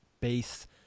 base